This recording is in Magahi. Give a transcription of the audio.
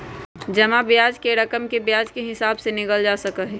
जमा ब्याज के रकम के ब्याज के हिसाब से गिनल जा सका हई